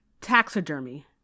Taxidermy